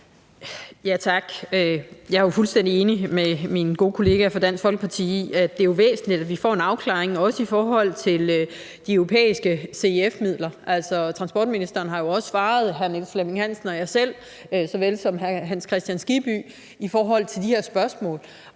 Tak. Jeg er fuldstændig enig med min gode kollega fra Dansk Folkeparti i, at det jo er væsentligt, at vi får en afklaring, også i forhold til de europæiske CEF-midler. Altså, transportministeren har jo også svaret hr. Niels Flemming Hansen og mig selv, såvel som hr. Hans Kristian Skibby, i forhold til de her spørgsmål.